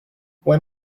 when